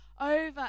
over